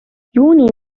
juuni